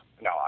no